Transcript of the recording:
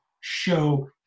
show